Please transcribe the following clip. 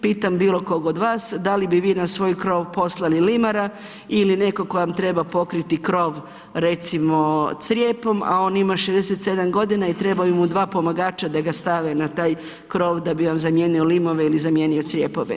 Pitam bilo kog od vas, da li bi vi na svoj krov poslali limara ili nekog tko vam treba pokriti krov recimo, crijepom, a on ima 67 godina i trebaju mu dva pomagača da ga stave na taj kroz da bi on zamijenio limove ili zamijenio crijepove.